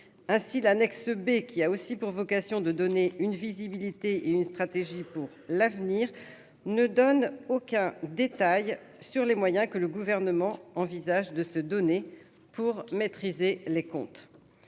ainsi l'annexe B qui a aussi pour vocation de donner une visibilité et une stratégie pour l'avenir ne donne aucun détail sur les moyens que le gouvernement envisage de se donner pour maîtriser les comptes